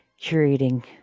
curating